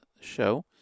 show